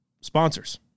Sponsors